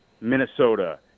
Minnesota